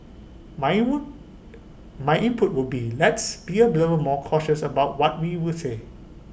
my in would my input would be let's be A below more cautious about what we will say